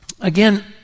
Again